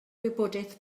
wybodaeth